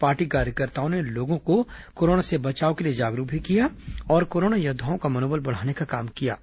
party कार्यकर्ताओं ने लोगों को कोरोना से बचाव के लिए जागरूक भी किया और कोरोना योद्वाओं का मनोबल बढ़ाने का काम किया गया